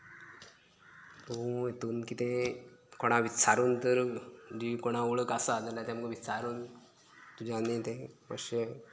तूं हितून कितें कोणा विचारून तर तुजी कोणा वळख आसा जाल्यार तेंका विचारून तुज्यानी तें मात्शें